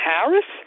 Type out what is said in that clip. Harris